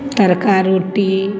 तड़का रोटी